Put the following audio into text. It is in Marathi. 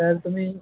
तर तुम्ही